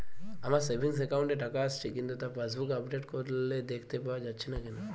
আমার savings account এ টাকা আসছে কিন্তু তা পাসবুক আপডেট করলে দেখতে পাওয়া যাচ্ছে না কেন?